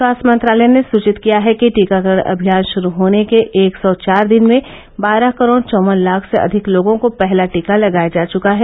स्वास्थ्य मंत्रालय ने सूचित किया है कि टीकाकरण अभियान शरू होने के एक सौ चार दिन में बारह करोड चौवन लाख से अधिक लोगों को पहला टीका लगाया जा चुका है